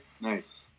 Nice